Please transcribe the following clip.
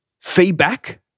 feedback